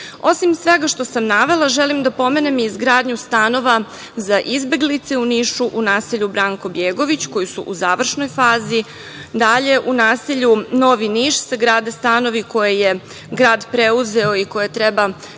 svega što sam navela, želim da pomenem i izgradnju stanova za izbeglice u Nišu u naselju „Branko Bjegović“, koji su u završnoj fazi. Dalje, u naselju „Novi Niš“ se grade stanovi koje je grad preuzeo i koji treba da se